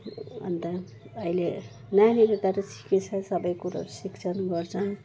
अन्त अहिले नानीहरूले त सिकेछ सबै कुरा सिक्छन् गर्छन्